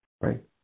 right